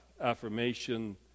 affirmation